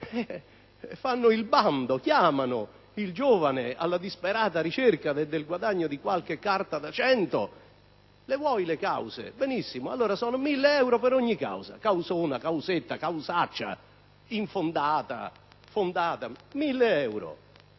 fanno i bandi? Chiamano il giovane alla disperata ricerca del guadagno di qualche carta da 100, dicendo: «Le vuoi le cause? Benissimo, allora sono 1.000 euro per ogni causa»: causona, causetta, causaccia, infondata o fondata. Mille euro!